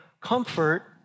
comfort